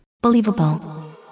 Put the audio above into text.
Believable